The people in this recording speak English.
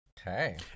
Okay